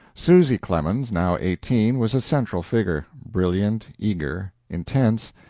susy clemens, now eighteen, was a central figure, brilliant, eager, intense,